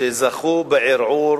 זכו בערעור